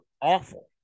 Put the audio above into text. awful